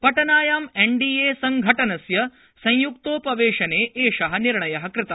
पटनायां एनडीएसङ्घटनस्य संय्क्तोपवेशने एषः निर्णयः कृतः